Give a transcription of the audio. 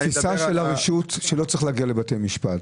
התפיסה של הרשות היא שלא צריך להגיע לבתי משפט.